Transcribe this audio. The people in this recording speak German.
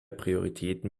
prioritäten